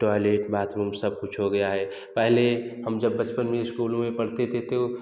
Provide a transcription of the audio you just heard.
toilet bathroom सब कुछ हो गया है पहले हम जब बचपन में स्कूल में पढ़ते थे तो